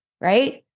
right